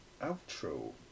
outro